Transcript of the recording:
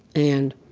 and,